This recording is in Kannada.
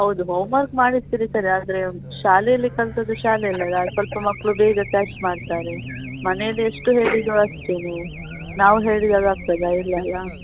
ಹೌದು ಹೋಮ್ ವರ್ಕ್ ಮಾಡಿಸ್ತಿರಿ ಸರಿ ಆದರೆ ಶಾಲೆಯಲ್ಲಿ ಕಲ್ತಿದ್ದು ಶಾಲೆಯಲ್ಲಿ ಅಲ್ಲ ಸ್ವಲ್ಪ ಮಕ್ಕಳು ಬೇಗ ಕ್ಯಾಚ್ ಮಾಡ್ತಾರೆ ಮನೆಲಿ ಎಷ್ಟು ಹೇಳಿದರು ಅಷ್ಟೇ ನೀವು ನಾವು ಹೇಳಿದಾಗೆ ಆಗ್ತದಾ ಇಲ್ಲ ಅಲ್ಲಾ